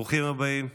ברוכים הבאים לכנסת.